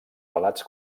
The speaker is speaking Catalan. relats